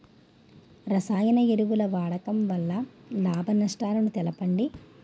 రసాయన ఎరువుల వాడకం వల్ల లాభ నష్టాలను తెలపండి?